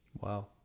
wow